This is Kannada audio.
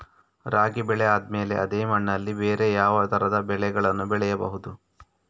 ರಾಗಿ ಬೆಳೆ ಆದ್ಮೇಲೆ ಅದೇ ಮಣ್ಣಲ್ಲಿ ಬೇರೆ ಯಾವ ತರದ ಬೆಳೆಗಳನ್ನು ಬೆಳೆಯಬಹುದು?